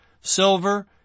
silver